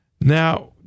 Now